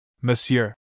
Monsieur